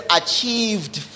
achieved